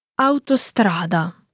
Autostrada